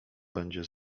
będzie